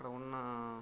అక్కడ ఉన్న